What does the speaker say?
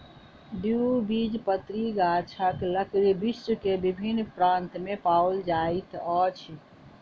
द्विबीजपत्री गाछक लकड़ी विश्व के विभिन्न प्रान्त में पाओल जाइत अछि